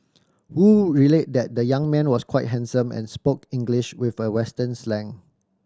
Wu relayed that the young man was quite handsome and spoke English with a western slang